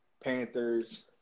panthers